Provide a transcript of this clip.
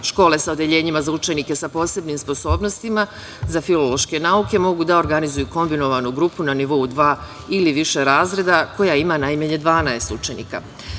Škole sa odeljenjima za učenike sa posebnim sposobnostima za filološke nauke mogu da organizuju kombinovanu grupu na nivou dva ili više razreda koje ima najmanje 12 učenika. Smatram